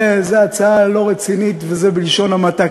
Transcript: זו הצעה לא רצינית, וזה בלשון המעטה.